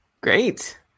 great